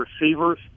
receivers –